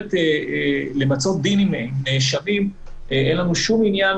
שחותרת למצות דין עם נאשמים אין לנו שום עניין